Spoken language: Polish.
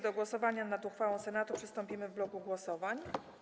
Do głosowania nad uchwałą Senatu przystąpimy w bloku głosowań.